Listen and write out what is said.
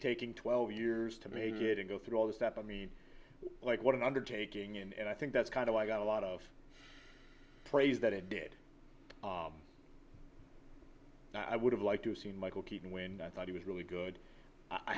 taking twelve years to make it and go through all this that i mean like what an undertaking and i think that's kind of i got a lot of praise that it did i would have liked to have seen michael keaton when i thought he was really good i